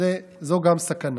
זאת גם סכנה.